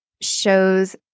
shows